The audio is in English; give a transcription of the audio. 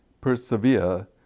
Persevere